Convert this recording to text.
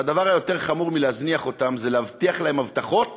והדבר היותר-חמור מלהזניח אותם זה להבטיח להם הבטחות